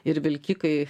ir vilkikai